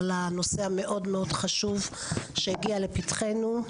על הנושא המאוד-מאוד חשוב שהגיע לפתחנו.